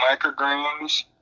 micrograms